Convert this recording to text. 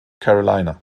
carolina